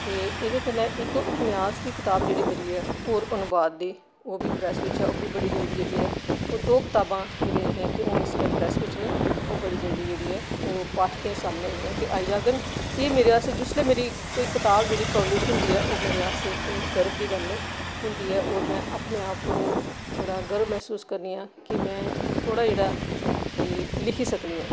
ते इ'दे कन्नै इक उपन्यास दी कताब जेह्ड़ी मेरी ऐ ओह् अनुवाद दी ओह् बी प्रैस बिच्च ऐ ओह् बी बड्डी जल्दी जेह्ड़ी ऐ दो कताबां मेरियां जेह्डियां कि हून इसलै प्रैस बिच्च न ओह् बड़ी जल्दी जेह्ड़ी ऐ ओह् पाठकें सामने आई जांङन एह् मेरे आस्तै जुसलै मेरी कताब कोई कताब जिसलै पब्लिश होंदी ऐ ओह् मेरे आस्तै इक गर्व दी गल्ल होंदी ऐ ओर में अपने आप पर बड़ा गर्व महसूस करनियां कि में थोह्ड़ा जेह्ड़ा लिखी सकनियां